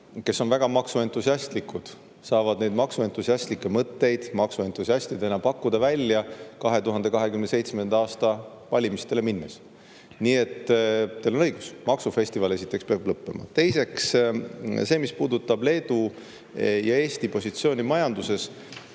kes on väga maksuentusiastlikud, saavad neid maksuentusiastlikke mõtteid maksuentusiastidena pakkuda välja 2027. aasta valimistele minnes. Nii et, teil on õigus – maksufestival esiteks peab lõppema. Teiseks, see, mis puudutab Leedu ja Eesti positsiooni majanduses,